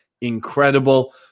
incredible